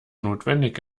notwendig